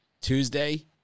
Tuesday